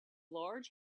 large